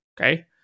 okay